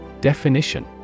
definition